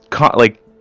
like-